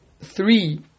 three